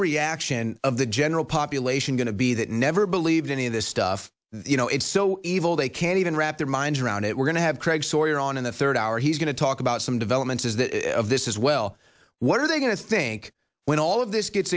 reaction of the general population going to be that never believed any of this stuff you know it's so evil they can't even wrap their minds around it we're going to have craig sawyer on in the third hour he's going to talk about some developments is that this is well what are they going to think when all of this gets